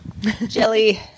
jelly